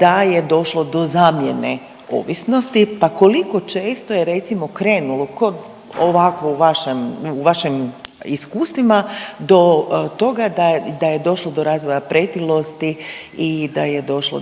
da je došlo do zamjene ovisnosti, pa koliko često je recimo krenulo kod ovako u vašem iskustvima do toga da je došlo do razvoja pretilosti i da je došlo